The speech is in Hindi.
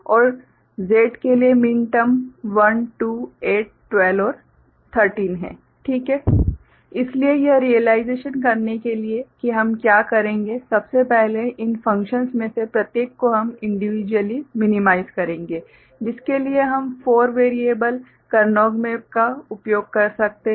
W ∑ m21213 X ∑ m789101112131415 Y ∑ m02345678101115 Z ∑ m1281213 इसलिए यह रियलाइजेशन करने के लिए कि हम क्या करेंगे सबसे पहले इन फंक्शन्स में से प्रत्येक को हम इंडिविजुअली मिनिमाइज़ करेंगे जिसके लिए हम 4 वेरिएबल करनौघ मेप का उपयोग कर सकते हैं